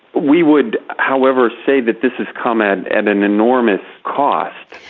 we would, however, say that this has come at and an enormous cost.